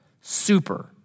super